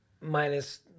minus